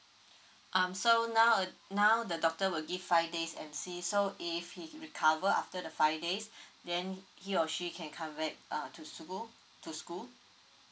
um so now uh now the doctor will give five days M_C so if he recover after the five days then he or she can come back err to schgo~ to school